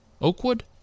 Oakwood